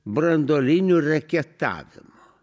branduoliniu reketavimu